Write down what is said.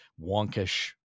wonkish